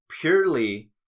purely